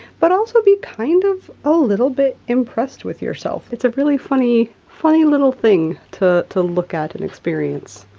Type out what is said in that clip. but also be kind of a little bit impressed with yourself. it's a really funny, funny little thing to to look at and experience.